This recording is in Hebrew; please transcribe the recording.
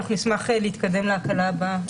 נשמח להתקדם להקלה הבאה.